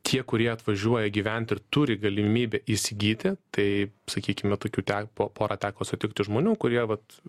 tie kurie atvažiuoja gyventi ir turi galimybę įsigyti taai sakykime tokių te po porą teko sutikti žmonių kurie vat